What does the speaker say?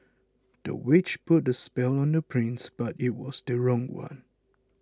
the witch put the spell on the prince but it was the wrong one